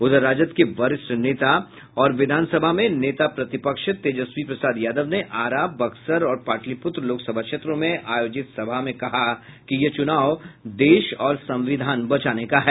उधर राजद के वरिष्ठ नेता और विधान सभा में नेता प्रतिपक्ष तेजस्वी प्रसाद यादव ने आरा बक्सर और पाटलिपूत्र लोकसभा क्षेत्रों में आयोजित सभा में कहा कि यह चुनाव देश और संविधान बचाने का है